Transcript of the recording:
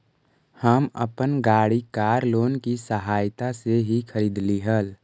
हम अपन गाड़ी कार लोन की सहायता से ही खरीदली हल